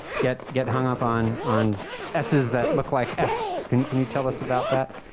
get get hung up on on ss that look like fs. can you can you tell us about that?